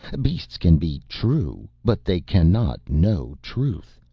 beasts can be true but they cannot know truth.